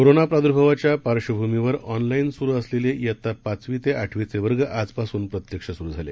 कोरोनाप्रादुर्भावाच्यापार्श्वभूमीवरऑनलाईनसुरुअसलेले यित्तापाचवीतेआठवीचेव र्गआजपासूनप्रत्यक्षसुरुझाले